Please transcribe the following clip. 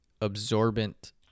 absorbent